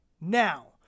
now